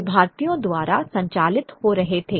वे भारतीयों द्वारा संचालित हो रहे थे